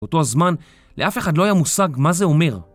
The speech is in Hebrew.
באותו הזמן, לאף אחד לא היה מושג מה זה אומר.